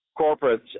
corporates